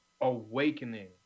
awakening